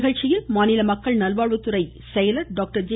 நிகழ்ச்சியில் மாநில மக்கள் நல்வாழ்வுத்துறை செயலர் டாக்டர் ஜே